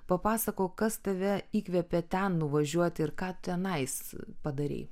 papasakok kas tave įkvėpė ten nuvažiuot ir ką tenais padarei